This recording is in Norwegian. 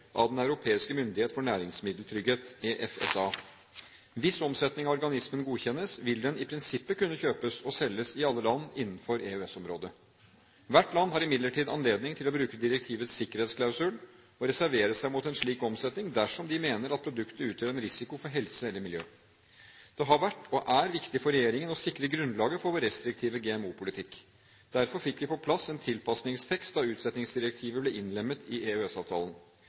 av Den europeiske myndighet for næringsmiddeltrygghet, EFSA. Hvis omsetning av organismen godkjennes, vil den i prinsippet kunne kjøpes og selges i alle land innenfor EØS-området. Hvert land har imidlertid anledning til å bruke direktivets sikkerhetsklausul og reservere seg mot en slik omsetning dersom de mener at produktet utgjør en risiko for helse eller miljø. Det har vært – og er – viktig for regjeringen å sikre grunnlaget for vår restriktive GMO-politikk. Derfor fikk vi på plass en tilpasningstekst da utsettingsdirektivet ble innlemmet i